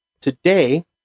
Today